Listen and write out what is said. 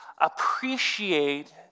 appreciate